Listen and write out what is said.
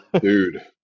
Dude